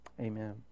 Amen